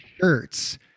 shirts